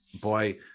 boy